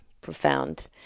profound